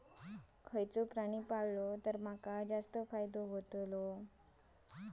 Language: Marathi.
खयचो प्राणी पाळलो तर माका जास्त फायदो होतोलो?